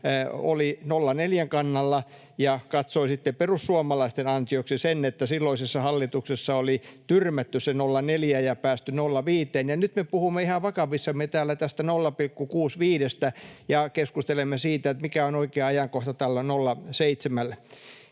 oli 0,4:n kannalla, ja katsoi sitten perussuomalaisten ansioksi sen, että silloisessa hallituksessa oli tyrmätty se 0,4 ja päästy 0,5:een. Ja nyt me puhumme ihan vakavissamme täällä tästä 0,65:stä ja keskustelemme siitä, mikä on oikea ajankohta